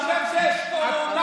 אדוני, שב, שב.